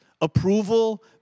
Approval